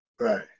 Right